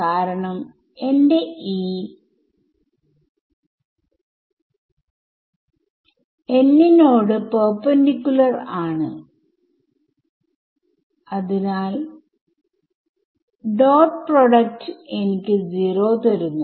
അവസാനത്തെ ടെർമ് ആണ് ഇത്എന്തിനോട് സമം ആണ് നെ ഞാൻ മറ്റേ വശത്തേക്ക് എടുക്കുംവീണ്ടും ഞാൻ ഇവിടെ നെ പൊതുവായി പുറത്തേക്ക് എടുക്കാൻ കഴിയും